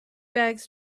bags